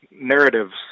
narratives